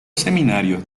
seminarios